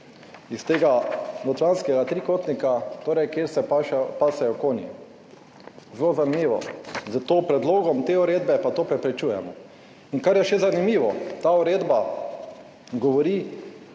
iz tega notranjskega trikotnika, torej kjer se pasejo konji. Zelo zanimivo. S tem predlogom te uredbe pa to preprečujemo. In kar je še zanimivo, ta uredba govori,